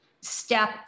step